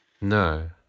No